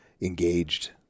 engaged